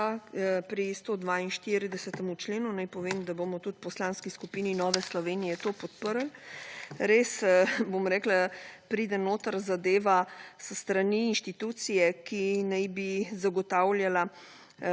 Pri 142. členu naj povem, da bomo tudi v Poslanski skupini Nove Slovenije to podprli. Res, bom rekla, pride notri zadeva s strani inštitucije, ki naj bi zagotavljala